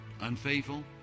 unfaithful